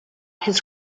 his